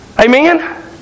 Amen